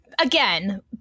again